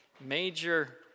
major